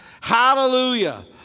Hallelujah